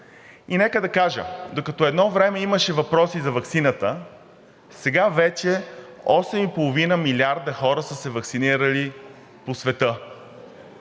И нека да кажа, че докато едно време имаше въпроси за ваксината, сега вече осем и половина милиарда хора са се ваксинирали по света.